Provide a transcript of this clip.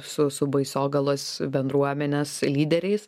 su su baisiogalos bendruomenės lyderiais